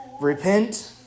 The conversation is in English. Repent